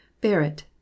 Barrett